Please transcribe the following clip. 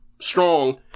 strong